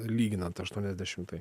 lyginant aštuoniasdešimtai